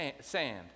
sand